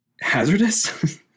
hazardous